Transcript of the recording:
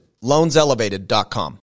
Loanselevated.com